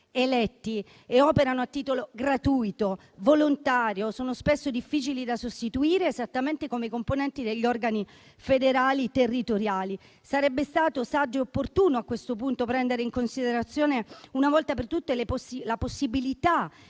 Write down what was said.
eletti e operano a titolo gratuito e volontario; sono spesso difficili da sostituire, esattamente come i componenti degli organi federali territoriali. Sarebbe stato saggio e opportuno a questo punto prendere in considerazione una volta per tutte la possibilità